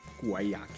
Guayaki